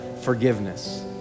forgiveness